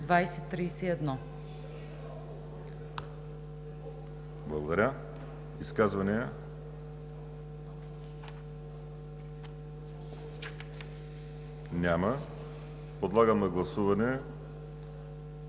Благодаря. Изказвания? Няма. Подлагам на гласуване